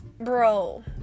bro